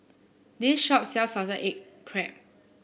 this shop sells Salted Egg Crab